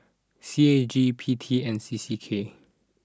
C A G P T and C C K